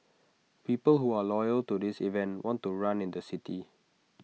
people who are loyal to this event want to run in the city